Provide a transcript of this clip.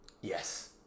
Yes